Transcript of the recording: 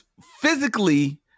physically